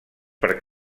per